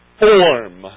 form